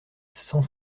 cent